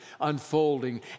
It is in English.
unfolding